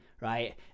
right